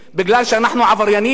מפני שאנחנו עבריינים?